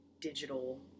digital